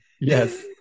Yes